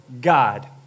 God